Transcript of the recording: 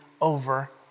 over